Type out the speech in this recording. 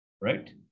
right